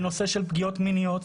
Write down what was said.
בנושא של פגיעות מיניות.